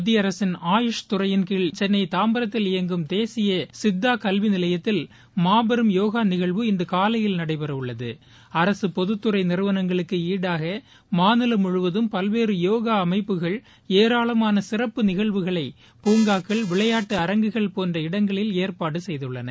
மத்திய ஆசின் ஆயுஷ் தறையின்கீழ் சென்னை தாம்பரத்தில் இயங்கும் தேசிய சித்தா கல்வி நிலையத்தில் மாபெரும் போகா நிகழ்வு இன்று காலை நடைபெறவுள்ளது மாநிலம் முழுவதம் பல்வேறு போகா அமைப்புகள் ஏராளாமான சிறப்பு நிகழ்வுகளை புங்காக்கள் விளையாட்டு அரங்குகள் போன்ற இடங்களில் ஏற்பாடுகள் செய்துள்ளன